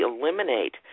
eliminate